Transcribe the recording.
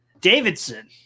Davidson